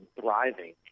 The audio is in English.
thriving